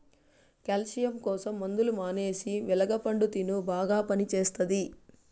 calcium కోసం మందులు మానేసి వెలగ పండు తిను బాగా పనిచేస్తది